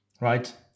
right